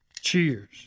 Cheers